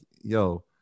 yo